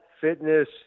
fitness